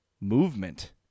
movement